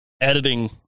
editing